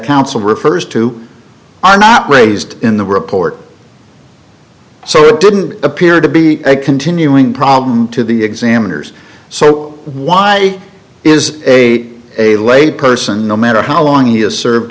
counsel refers to are not raised in the report so it didn't appear to be a continuing problem to the examiners so why is a a lay person no matter how long he has served